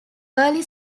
early